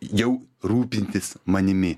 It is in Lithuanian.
jau rūpintis manimi